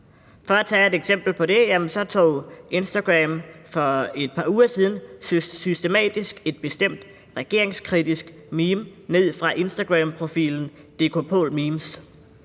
For at tage et eksempel på det, så tog Instagram for et par uger siden systematisk et bestemt regeringskritisk meme ned fra Instagramprofilen dkpolmemes.